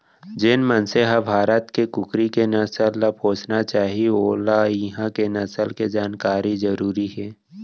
जेन मनसे ह भारत के कुकरी के नसल ल पोसना चाही वोला इहॉं के नसल के जानकारी जरूरी हे